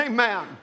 Amen